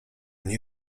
nie